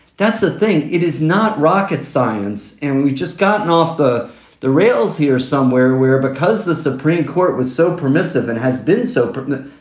that's the thing. it is not rocket science. and we've just gotten off the the rails here somewhere where because the supreme court was so permissive and has been so prominent,